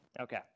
Okay